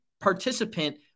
participant